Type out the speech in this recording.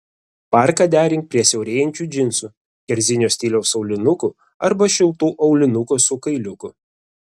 parką derink prie siaurėjančių džinsų kerzinio stiliaus aulinukų arba šiltų aulinukų su kailiuku